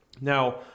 now